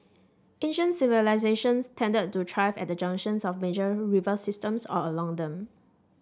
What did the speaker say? ancient civilisations tended to thrive at the junctions of major river systems or along them